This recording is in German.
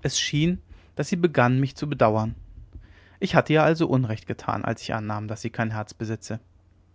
es schien daß sie begann mich zu bedauern ich hatte ihr also unrecht getan als ich annahm daß sie kein herz besitze